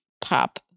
pop